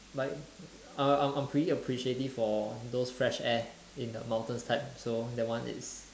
like I'm I'm pretty appreciative of those fresh air in the mountain type so that one it's